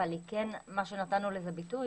אבל מה שנתנו לזה ביטוי